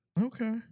Okay